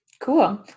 Cool